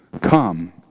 come